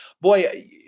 boy